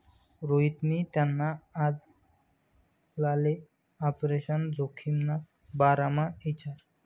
रोहितनी त्याना आजलाले आपरेशन जोखिमना बारामा इचारं